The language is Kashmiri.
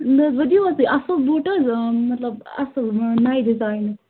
نہ حظ وٕ دِیِو حظ تُہۍ اَصٕل بوٗٹ حظ مَطلَب اَصٕل نَیہِ ڈِزایِنُک